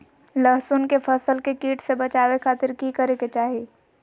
लहसुन के फसल के कीट से बचावे खातिर की करे के चाही?